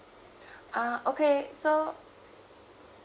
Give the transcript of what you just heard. uh okay so